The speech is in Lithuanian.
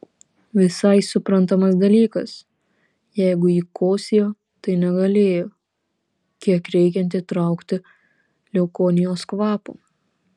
visai suprantamas dalykas jeigu ji kosėjo tai negalėjo kiek reikiant įtraukti leukonijos kvapo